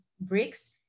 bricks